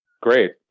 Great